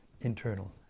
internal